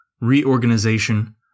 reorganization